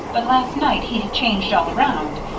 but last night he had changed all around.